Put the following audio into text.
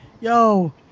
Yo